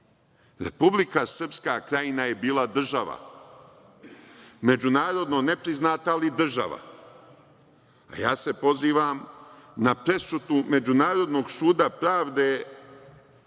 Republika Srpska Krajina je bila država, međunarodno nepriznata, ali država. Ja se pozivam na presudu Međunarodnog suda pravde